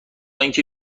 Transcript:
اینکه